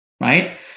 right